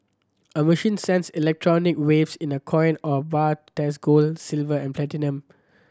a machine sends electromagnetic waves in a coin or bar to test gold silver and platinum